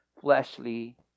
fleshly